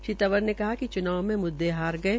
श्री तंवर ने कहा कि च्नाव में म्द्दे हार गये